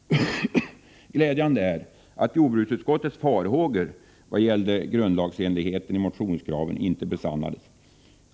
Glädjande är att jordbruksutskottets farhågor beträffande grundlagsenligheten i fråga om motionskraven inte besannades.